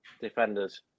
defenders